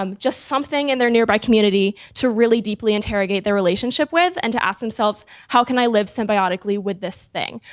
um just something in their nearby community to really deeply interrogate their relationship with and to ask themselves, how can i live symbiotically with this thing?